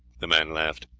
the man laughed.